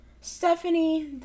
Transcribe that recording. Stephanie